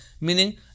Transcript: meaning